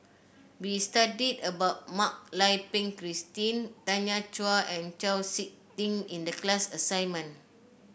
we studied about Mak Lai Peng Christine Tanya Chua and Chau SiK Ting in the class assignment